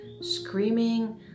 screaming